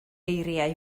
eiriau